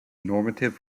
normative